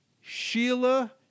Sheila